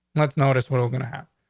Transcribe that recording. let's notice what we're gonna happen.